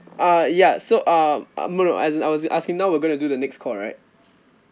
uh ya so uh no no as in I was asking now we're gonna do the next call right